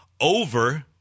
over